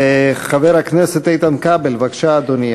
חבר הכנסת איתן כבל, בבקשה, אדוני.